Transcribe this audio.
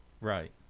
Right